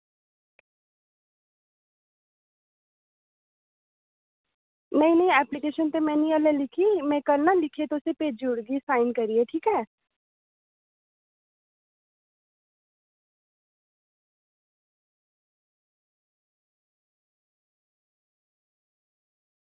नेईं नेईं ऐप्लीकेशन ते नेईं में अल्ली लिखी में कल ना लिखियै भेजी ओड़गी साइन करियै ठीक ऐ